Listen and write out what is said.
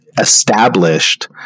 established